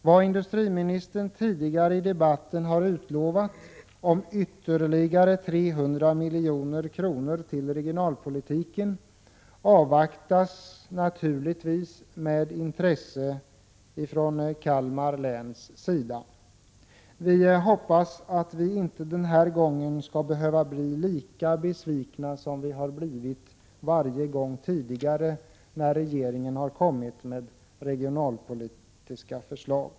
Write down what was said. Vad industriministern tidigare i debatten har utlovat, dvs. ytterligare 300 milj.kr. till regionalpolitiken, avvaktas naturligtvis med intresse från Kalmar läns sida. Jag hoppas att vi den här gången inte skall behöva bli lika besvikna som vi har blivit varje gång tidigare när regeringen har kommit med regionalpolitiska förslag.